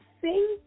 Sing